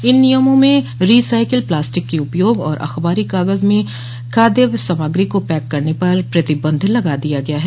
इन नियमों में recycle plastic के उपयोग और अखबारी कागज में खाद्य सामग्री को पैक करने पर प्रतिबंध लगा दिया गया है